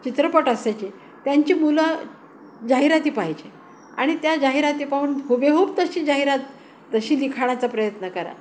चित्रपट असायची त्यांची मुलं जाहिराती पाहायचे आणि त्या जाहिराती पाहून हूबेहूब तशी जाहिरात तशी लिखाण्याचा प्रयत्न करा